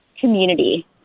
community